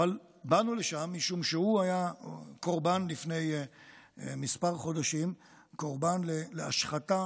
באנו לשם משום שהוא היה לפני כמה חודשים קורבן להשחתה